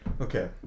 Okay